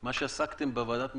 מה שעסקתם בוועדת המשנה,